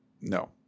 no